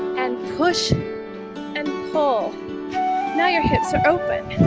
and push and pull now your hips are open